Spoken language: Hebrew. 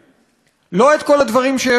לא את כל הדברים שיש אנחנו צריכים.